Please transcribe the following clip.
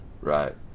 Right